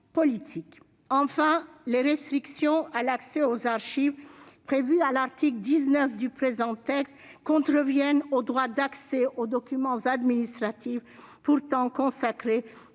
Enfin, les restrictions à l'accès aux archives prévues à l'article 19 du présent texte contreviennent au droit d'accès aux documents administratifs, pourtant consacré